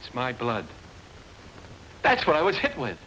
it's my blood that's what i was hit